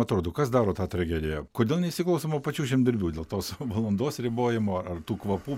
atrodo kas daro tą tragediją kodėl neįsiklausoma pačių žemdirbių dėl tos valandos ribojimo ar ar tų kvapų